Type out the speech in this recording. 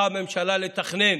הממשלה צריכה לתכנן.